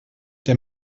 der